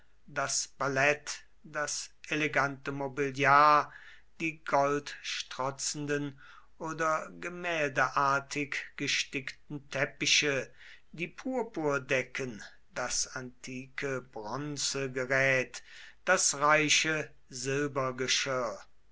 das ballett das elegante mobiliar die goldstrotzenden oder gemäldeartig gestickten teppiche die purpurdecken das antike bronzegerät das reiche